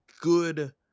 good